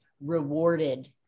rewarded